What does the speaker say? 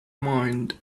mind